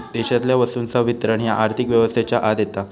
देशातल्या वस्तूंचा वितरण ह्या आर्थिक व्यवस्थेच्या आत येता